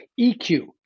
EQ